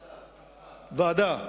ועדה.